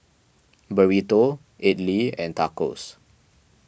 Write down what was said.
Burrito Idili and Tacos